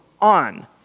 on